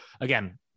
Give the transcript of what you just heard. again